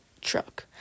truck